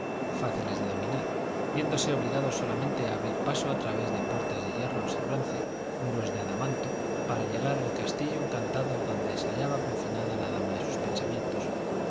fáciles de dominar viéndose obligados solamente a abrirse paso a través de puertas de hierros y bronce y muros de adamanto para llegar al castillo encantado donde se hallaba confinada la dama de sus pensamientos